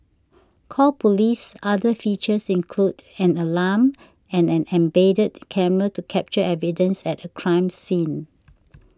call Police's other features include an alarm and an embedded camera to capture evidence at a crime scene